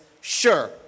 sure